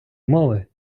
мови